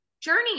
journey